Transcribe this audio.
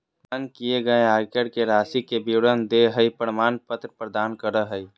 भुगतान किए गए आयकर के राशि के विवरण देहइ प्रमाण पत्र प्रदान करो हइ